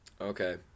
Okay